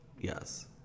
Yes